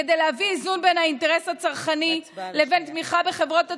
כדי להביא לאיזון בין האינטרס הצרכני לבין תמיכה בחברות התעופה,